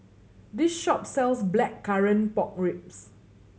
this shop sells Blackcurrant Pork Ribs